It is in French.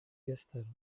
gestel